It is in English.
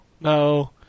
no